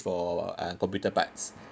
for uh computer parts